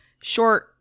Short